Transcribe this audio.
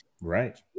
right